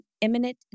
imminent